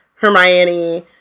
Hermione